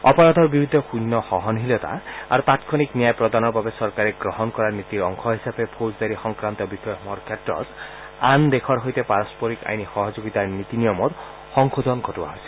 অপৰাধৰ বিৰুদ্ধে শূন্য সহনশীলতা আৰু তাৎক্ষণিক ন্যায় প্ৰদানৰ বাবে চৰকাৰে গ্ৰহণ কৰা নীতিৰ অংশ হিচাপে ফৌজদাৰী সংক্ৰান্তীয় বিষয়সমূহৰ ক্ষেত্ৰত আন দেশৰ সৈতে পাৰম্পৰিক আইনী সহযোগিতাৰ নীতি নিয়মত সংশোধন ঘটোৱা হৈছে